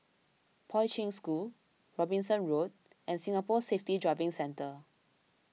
Poi Ching School Robinson Road and Singapore Safety Driving Centre